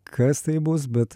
kas tai bus bet